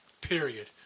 Period